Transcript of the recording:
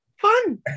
Fun